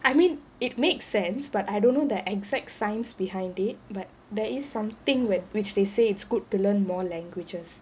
I mean it makes sense but I don't know the exact science behind it but there is something wh~ which they say it's good to learn more languages